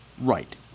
Right